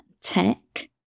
tech